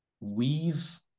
weave